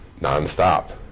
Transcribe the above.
non-stop